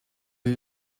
you